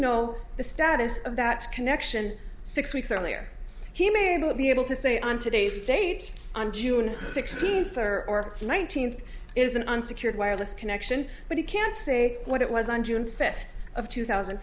know the status of that connection six weeks earlier he may well be able to say on today's date on june sixteenth or or nineteenth is an unsecured wireless connection but he can't say what it was on june fifth of two thousand